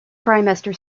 trimester